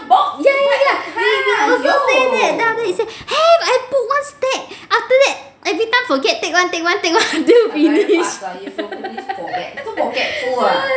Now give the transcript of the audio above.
ya ya ya we also say that then he say have I put one stack then everytime forgot take one take one take one until finish